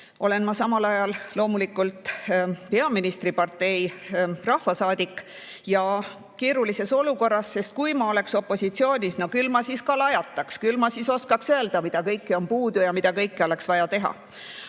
olen ma loomulikult peaministripartei rahvasaadik ja keerulises olukorras. Sest kui ma oleksin opositsioonis, no küll ma siis ka lajataks, küll ma siis oskaks öelda, mida kõike on puudu ja mida kõike oleks vaja teha.